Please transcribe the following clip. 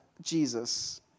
Jesus